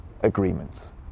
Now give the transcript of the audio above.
agreements